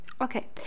okay